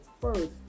first